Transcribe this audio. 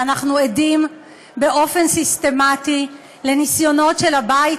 ואנחנו עדים באופן סיסטמטי לניסיונות של הבית